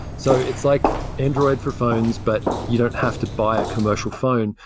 so it's like android for phones, but you don't have to buy a commercial phone.